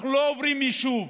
אנחנו לא עוברים יישוב.